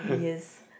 yes